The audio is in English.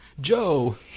Joe